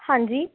ਹਾਂਜੀ